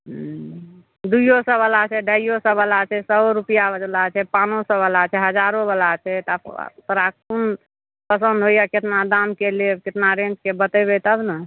हुँ दुइओ सओ रुपैआवला छै अढ़ाइओ सओवला छै सओ रुपैआवला छै पाँचो सओवला छै हजारोवला छै तऽ तोहरा कोन पसन्द होइए कतना दामके लेब कतना रेन्जके बतेबै तब ने